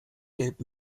gelb